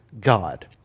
God